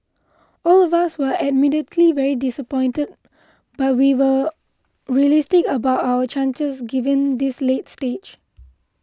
all of us were admittedly very disappointed but we were realistic about our chances given this late stage